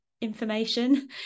information